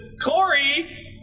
Corey